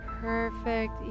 perfect